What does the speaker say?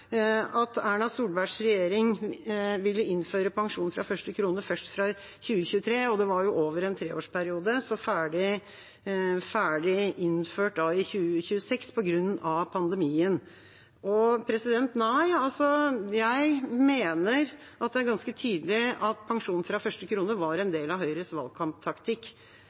at Erna Solbergs regjering ville innføre pensjon fra første krone først fra 2023, over en treårsperiode og ferdig innført i 2026 på grunn av pandemien: Jeg mener det er ganske tydelig at pensjon fra første krone var en del av Høyres valgkamptaktikk,